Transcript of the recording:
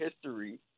history